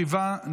שבעה,